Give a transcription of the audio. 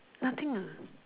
nothing uh